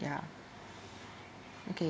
ya okay